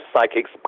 psychics